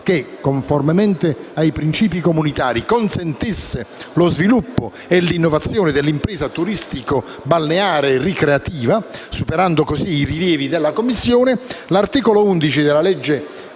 che, conformemente ai principi comunitari, consentisse lo sviluppo e l'innovazione dell'impresa turistico-balneare-ricreativa, superando così i rilievi della Commissione, l'articolo 11 della legge